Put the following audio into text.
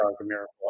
miracle